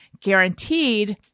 guaranteed